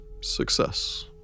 success